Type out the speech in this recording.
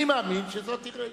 אני מאמין שזאת עירנו.